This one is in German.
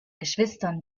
geschwistern